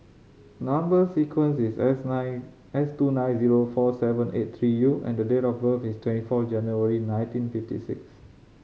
number sequence is S nine S two nine zero four seven eight three U and date of birth is twenty four January nineteen fifty six